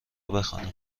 بخوانم